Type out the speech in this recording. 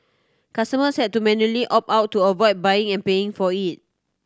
customers had to manually opt out to avoid buying and paying for it